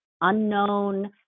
unknown